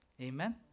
Amen